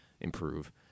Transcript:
improve